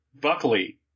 Buckley